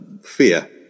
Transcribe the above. fear